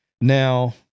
now